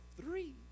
three